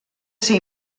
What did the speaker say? ser